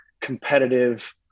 competitive